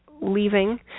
leaving